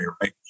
right